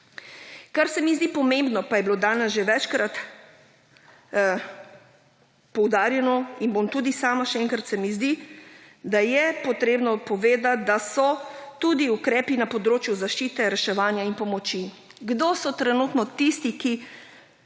Kar se mi zdi pomembno pa je bilo danes že večkrat poudarjeno in bom tudi sama še enkrat, se mi zdi, da je potrebno povedati, da so tudi ukrepi na področju zaščite, reševanja in pomoči. Kdo so trenutno tisti, ki